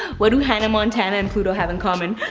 what do hannah montana and pluto have in common?